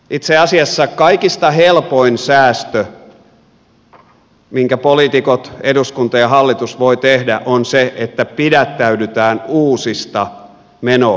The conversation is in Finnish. itse asiassa kaikista helpoin säästö minkä poliitikot eduskunta ja hallitus voivat tehdä on se että pidättäydytään uusista menoautomaateista